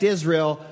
Israel